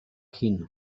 hin